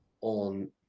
on